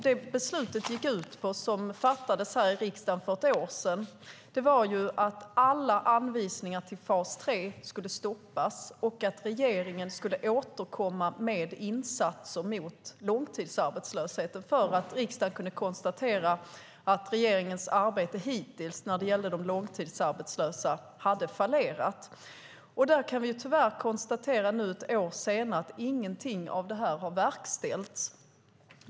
Det beslut som fattades här i riksdagen för ett år sedan gick ut på att alla anvisningar till fas 3 skulle stoppas och att regeringen skulle återkomma med insatser mot långtidsarbetslösheten. För riksdagen kunde konstatera att regeringens arbete hittills när det gällde de långtidsarbetslösa hade fallerat. Nu, ett år senare, kan vi tyvärr konstatera att ingenting av det här har verkställts.